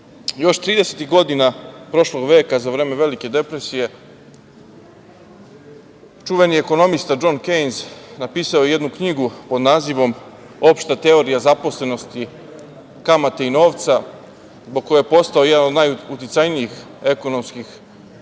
godina prošlog veka za vreme velike depresije, čuveni ekonomista Džon Kejnz napisao je jednu knjigu pod nazivom „Opšta teorija zaposlenosti, kamate i novca“ zbog koje je postao jedan od najuticajnijih ekonomskih